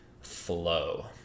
flow